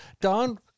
Don